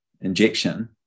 injection